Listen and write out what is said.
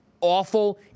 awful